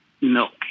milk